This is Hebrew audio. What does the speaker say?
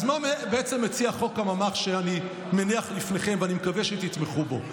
אז מה בעצם מציע חוק הממ"ח שאני מניח לפניכם ואני מקווה שתתמכו בו?